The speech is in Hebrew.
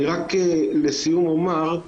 אני רק לסיום אומר,